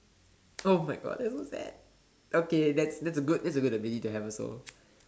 oh my God that were bad okay that's that's a good that's a good ability to have also